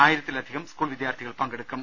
ആയിരത്തിലധികം സ്കൂൾ ്ര വിദ്യാർഥികൾ പങ്കെടുക്കും